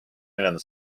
neljanda